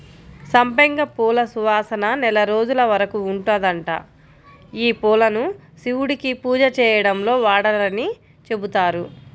సంపెంగ పూల సువాసన నెల రోజుల వరకు ఉంటదంట, యీ పూలను శివుడికి పూజ చేయడంలో వాడరని చెబుతారు